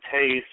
taste